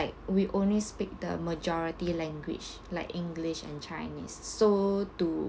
we only speak the majority language like english and chinese so to